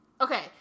okay